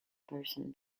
person